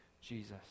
Jesus